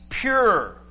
pure